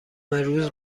روز